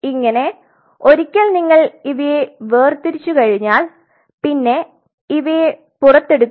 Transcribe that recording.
ഇങ്ങനെ ഒരിക്കൽ നിങ്ങൾ ഇവയെ വേര്തിരിച്ചുകഴിഞ്ഞാൽ പിന്നെ ഇവയെ പുറത്തെടുക്കണം